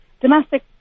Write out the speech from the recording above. domestic